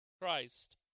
Christ